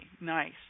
nice